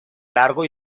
largo